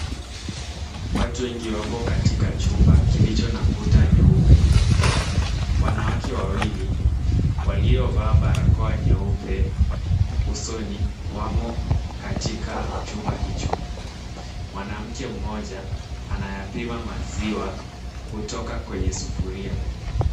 Watu wengi wako katika chumba kilicho na kuta nyeupe. Wanawake wawili waliovaa barakoa nyeupe usoni wamo katika chumba hicho. Mwanamke mmoja anayapima maziwa kutoka kwenye sufuria.